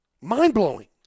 Mind-blowing